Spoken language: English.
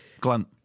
Glenn